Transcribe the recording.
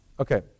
Okay